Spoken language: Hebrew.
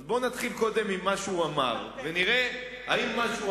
אז בוא נתחיל קודם עם מה שהוא אמר ונראה אם אתם